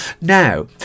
now